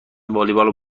والیبال